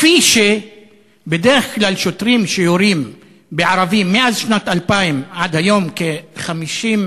כפי שבדרך כלל שוטרים שיורים בערבים מאז שנת 2000 עד היום כ-56,